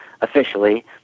officially